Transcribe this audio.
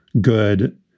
good